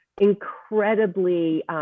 incredibly